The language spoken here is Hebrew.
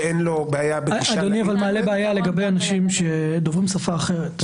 שאין לו בעיה- -- אדוני מעלה בעיה לגבי האנשים שדוברים שפה אחרת.